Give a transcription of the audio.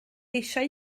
eisiau